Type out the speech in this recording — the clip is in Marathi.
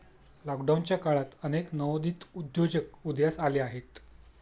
लॉकडाऊनच्या काळात अनेक नवोदित उद्योजक उदयास आले आहेत